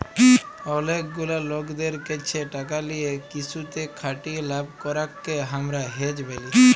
অলেক গুলা লকদের ক্যাছে টাকা লিয়ে কিসুতে খাটিয়ে লাভ করাককে হামরা হেজ ব্যলি